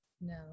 No